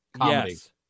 yes